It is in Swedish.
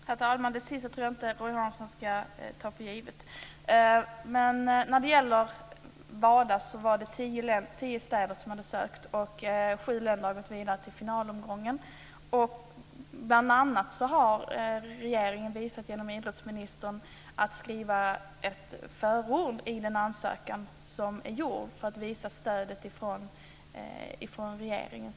Herr talman! Det sista tror jag inte att Roy Hansson ska ta för givet. Det var tio städer som hade ansökt om att få anordna WADA och sju länder har gått vidare till finalomgången. Idrottsministern har skrivit ett förord till Stockholms ansökan för att visa stödet från regeringen.